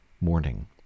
morning